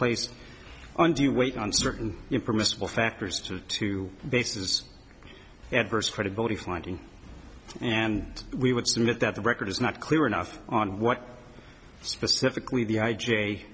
placed on do you wait on certain impermissible factors to two bases adverse credibility finding and we would submit that the record is not clear enough on what specifically the i j